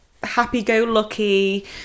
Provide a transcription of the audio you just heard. happy-go-lucky